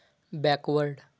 backward